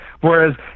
Whereas